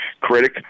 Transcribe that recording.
critic